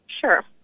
sure